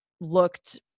looked –